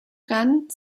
grand